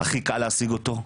הכי קל להשיג אותו,